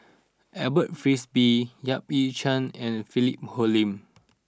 Alfred Frisby Yap Ee Chian and Philip Hoalim